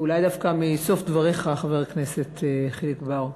אולי דווקא מסוף דבריך, חבר הכנסת חיליק בר.